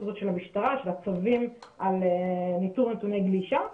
הזאת של המשטרה של הצווים על איתור נתוני גלישה,